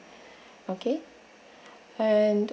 okay and